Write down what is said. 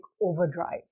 overdrive